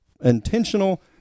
intentional